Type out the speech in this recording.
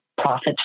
profits